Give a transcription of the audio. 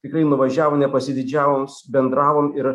tikrai nuvažiavom nepasididžiavom bendravom ir